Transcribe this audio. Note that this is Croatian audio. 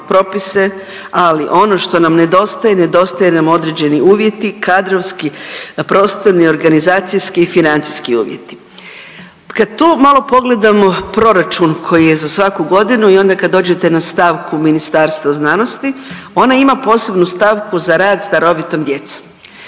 ali ono što nam nedostaje, nedostaje nam određeni uvjeti kadrovski, prostorni, organizacijski i financijski uvjeti. Kad tu malo pogledamo proračun koji je za svaku godinu i onda kad dođete na stavku Ministarstva znanosti ona ima posebnu stavku za rad s darovitom djecom.